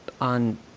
on